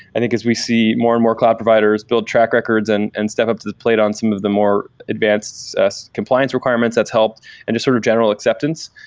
i think as we see more and more cloud providers build track records and and step up to the plate on some of the more advanced compliance requirements that's helped and just sort of general acceptance.